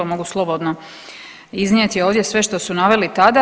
Mogu slobodno iznijeti ovdje sve što su naveli tada.